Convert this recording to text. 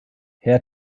herr